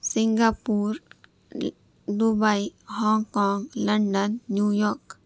Singapore Dubai Hong Kong London New York